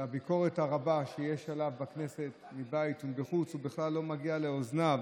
הביקורת הרבה שיש עליו בכנסת מבית ומבחוץ בכלל לא מגיעה לאוזניו.